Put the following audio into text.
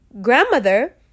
grandmother